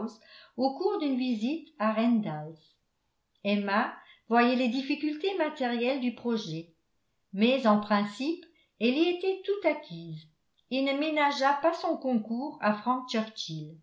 au cours d'une visite à randalls emma voyait les difficultés matérielles du projet mais en principe elle y était tout acquise et ne ménagea pas son concours à frank